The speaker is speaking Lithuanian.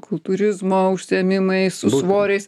kultūrizmo užsiėmimai su svoriais